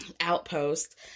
outpost